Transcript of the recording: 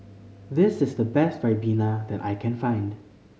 this is the best ribena that I can find